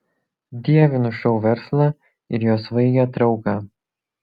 dievinu šou verslą ir jo svaigią trauką